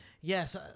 Yes